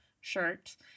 shirt